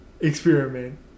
experiment